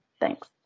Thanks